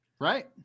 Right